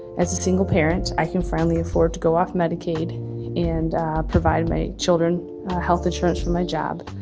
as a single parent, i can finally afford to go off medicaid and provide my children health insurance from my job.